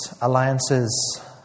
alliances